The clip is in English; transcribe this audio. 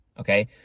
okay